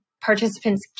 participants